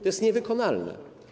To jest niewykonalne.